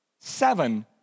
seven